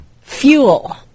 fuel